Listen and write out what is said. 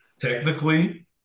technically